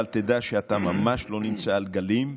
אבל תדע שאתה ממש לא נמצא על גלים,